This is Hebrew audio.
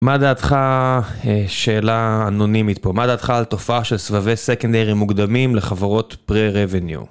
מה דעתך, שאלה אנונימית פה, מה דעתך על תופעה של סבבי סקנדרי מוקדמים לחברות Pre-Revenue?